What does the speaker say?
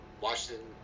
Washington